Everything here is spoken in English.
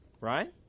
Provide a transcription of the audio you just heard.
right